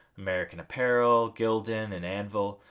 american apparel, gildan and anvil.